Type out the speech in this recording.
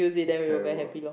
terrible